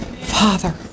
Father